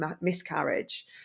miscarriage